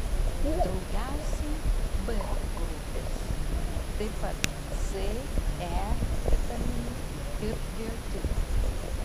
daugiausiai b grupės taip pat c e vitaminų ir biotino